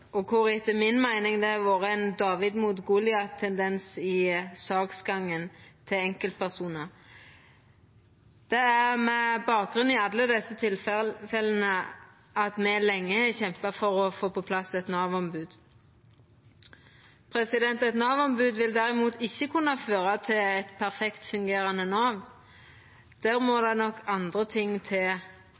til enkeltpersonar. Det er med bakgrunn i alle desse tilfella me lenge har kjempa for å få på plass eit Nav-ombod. Eit Nav-ombod vil derimot ikkje kunna føra til eit perfekt fungerande Nav. Der må det nok andre ting til.